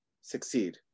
succeed